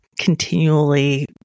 continually